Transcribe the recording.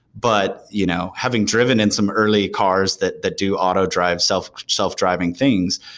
but you know having driven in some early cars that that do auto drive, so self-driving things,